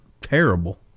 terrible